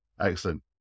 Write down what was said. excellent